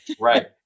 Right